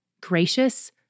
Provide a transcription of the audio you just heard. gracious